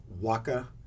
Waka